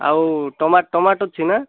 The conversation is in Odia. ଆଉ ଟୋମାଟ ଟୋମାଟ ଅଛି ନା